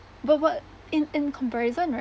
but what in in comparison right